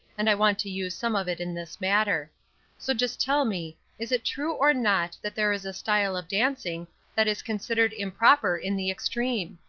and i want to use some of it in this matter so just tell me, is it true or not that there is a style of dancing that is considered improper in the extreme?